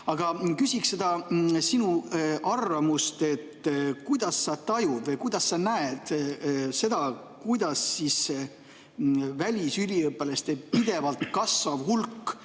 Aga küsiks sinu arvamust, kuidas sa tajud või kuidas sa näed seda, kuidas siis see välisüliõpilaste pidevalt kasvav hulk